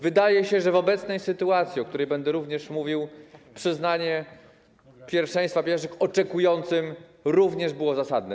Wydaje się, że w obecnej sytuacji, o której będę mówił, przyznanie pierwszeństwa pieszym oczekującym również było zasadne.